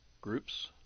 Groups